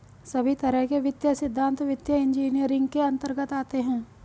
सभी तरह के वित्तीय सिद्धान्त वित्तीय इन्जीनियरिंग के अन्तर्गत आते हैं